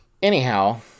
Anyhow